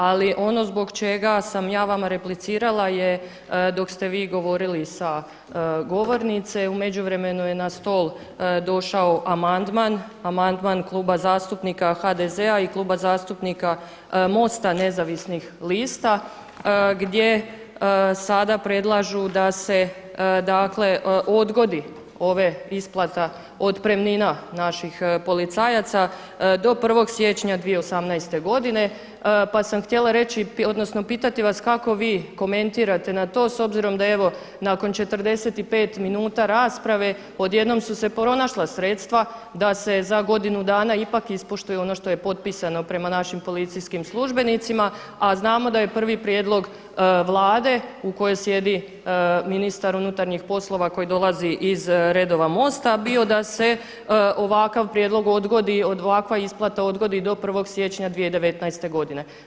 Ali ono zbog čega sam vam ja vama replicirala je dok ste vi govorili sa govornice, u međuvremenu je na stol došao amandman Kluba zastupnika HDZ-a i Kluba zastupnika MOST-a nezavisnih lista, gdje sada predlažu da se dakle, odgodi ova isplata otpremnina naših policajaca do 1. siječnja 2018. godine pa sam htjela reći odnosno pitati vas kako vi komentirate na to s obzirom da evo nakon 45 minuta rasprave odjednom su se pronašla sredstva da se za godinu dana ipak ispoštuje ono što je potpisano prema našim policijskim službenicima, a znamo da je prvi prijedlog Vlade u kojoj sjedi ministar unutarnjih poslova koji dolazi iz redova MOST-a bio da se ovakav prijedlog odgodi, ovakva isplata odgodi do 1. siječnja 2019. godine.